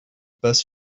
best